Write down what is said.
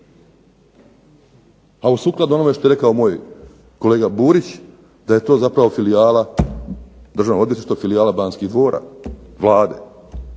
u sukladu onome što je rekao moj kolega Burić, da je to zapravo filijala, državno odvjetništvo filijala Banskih dvora, Vlade